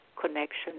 connection